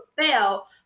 fail